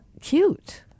cute